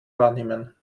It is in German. wahrnehmen